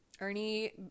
Ernie